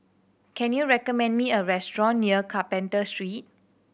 can you recommend me a restaurant near Carpenter Street